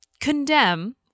condemn